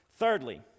Thirdly